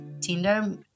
Tinder